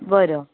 बरं